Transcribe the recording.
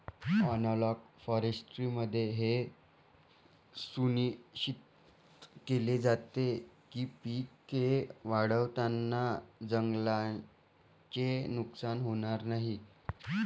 analogue फॉरेस्ट्रीमध्ये हे सुनिश्चित केले जाते की पिके वाढवताना जंगलाचे नुकसान होणार नाही